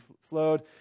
flowed